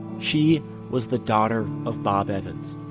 she was the daughter of bob evans.